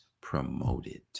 promoted